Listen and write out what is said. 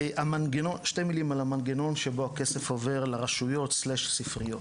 שתי מילים על המנגנון שבו הכסף עובר לרשויות או לספריות.